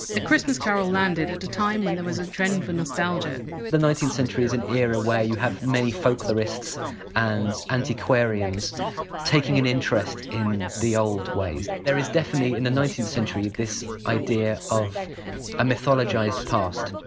a christmas carol landed at a time when there was a trend for nostalgia the nineteenth century is an era where you have many folklorists and antiquarians taking an interest in the old ways. there is definitely in the nineteenth century this idea of a mythologized past,